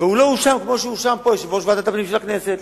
והוא לא הואשם כמו שהואשם פה יושב-ראש ועדת הפנים של הכנסת,